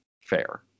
fair